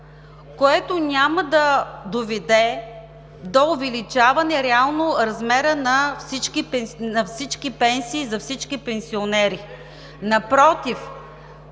което няма да доведе до увеличаване реално размера на всички пенсии за всички пенсионери.